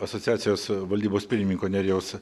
asociacijos valdybos pirmininko nerijaus